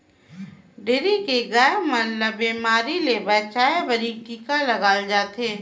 dairy के गाय मन ल बेमारी ले बचाये बर टिका लगाल जाथे